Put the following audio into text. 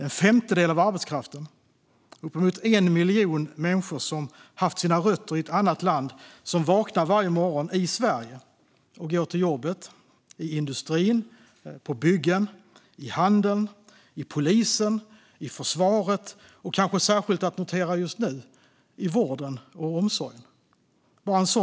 En femtedel av arbetskraften, uppemot 1 miljon människor som har sina rötter i ett annat land, vaknar varje morgon i Sverige och går till jobbet i industrin, på byggen, i handeln, vid polisen, i försvaret och, kanske värt att särskilt notera just nu, i vården och omsorgen.